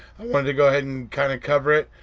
i wanted to go ahead and kind of cover it.